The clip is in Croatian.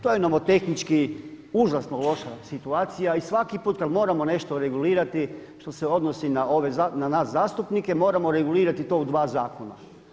To je nomotehnički užasno loša situacija i svaki puta kada moramo nešto regulirati što se odnosi na nas zastupnike moramo regulirati to u dva zakona.